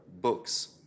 Books